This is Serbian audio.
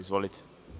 Izvolite.